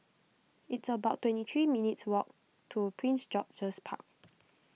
it's about twenty three minutes' walk to Prince George's Park